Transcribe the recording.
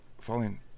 Falling